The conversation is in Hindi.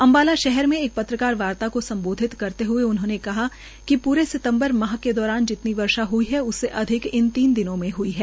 अम्बाला शहर मे एक पत्रकारवार्ता को सम्बोधित करते हुए उन्होंने बतायाकि प्रे सितम्बर माह के दौरान जितनी वर्षा ह्ई उससे अधिक वर्षा इन तीन दिनों में हई है